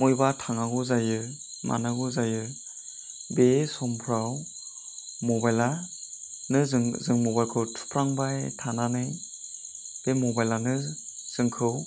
मयबा थांनांगौ जायो मानांगौ जयो बे समफ्राव मबाइला नो जों जों मबाइलखौ थुफ्लांबाय थांनानै बे मबाइलआनो जोंखौ